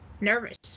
Nervous